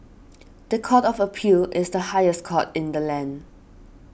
the Court of Appeal is the highest court in the land